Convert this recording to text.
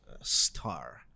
star